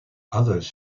others